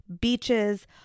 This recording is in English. beaches